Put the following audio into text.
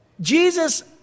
Jesus